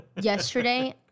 Yesterday